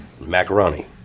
macaroni